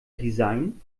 designen